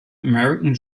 american